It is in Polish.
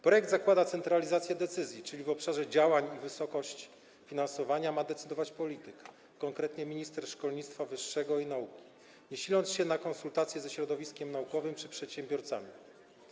Projekt zakłada centralizację podejmowania decyzji, czyli o obszarze działań i wysokości finansowania ma decydować polityk, konkretnie - minister nauki i szkolnictwa wyższego, nie siląc się na konsultacje ze środowiskiem naukowym czy przedsiębiorcami.